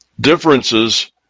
differences